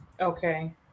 Okay